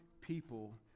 people